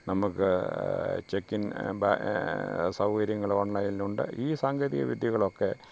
നമുക്ക് check in സൗകര്യങ്ങൾ ഓൺലൈനിൽ ഉണ്ട് ഈ സാങ്കേതിക വിദ്യകളൊക്കെ